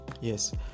yes